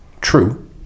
true